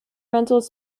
rentals